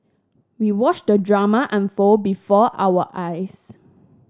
we watched the drama unfold before our eyes